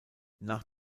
nach